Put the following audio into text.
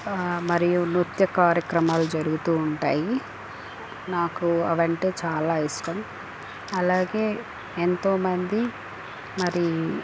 మరియు నృత్య కార్యక్రమాలు జరుగుతూ ఉంటాయి నాకు అవి అంటే చాలా ఇష్టం అలాగే ఎంతోమంది మరి